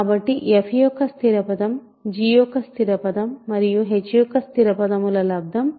కాబట్టి f యొక్క స్థిర పదం g యొక్క స్థిర పదం మరియు h యొక్క స్థిర పదం ల లబ్దము